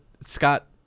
Scott